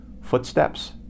footsteps